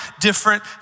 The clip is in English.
different